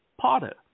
potter